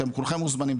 אתם כולכם מוזמנים,